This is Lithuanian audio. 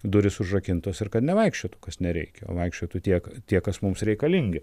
durys užrakintos ir kad nevaikščiotų kas nereikia o vaikščiotų tie tie kas mums reikalingi